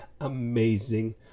amazing